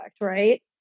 Right